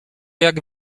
jak